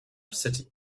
city